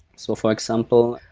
so for example,